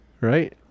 right